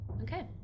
Okay